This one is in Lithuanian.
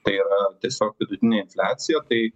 tai yra tiesiog vidutinė infliacija tai